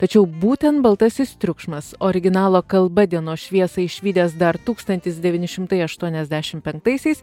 tačiau būtent baltasis triukšmas originalo kalba dienos šviesą išvydęs dar tūkstantis devyni šimtai aštuoniasdešimt penktaisiais